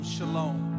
Shalom